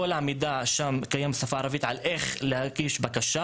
כל המידע איך להגיש בקשה קיים בשפה הערבית,